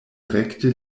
rekte